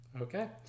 Okay